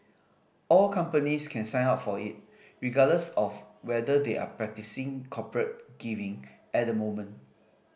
all companies can sign up for it regardless of whether they are practising corporate giving at the moment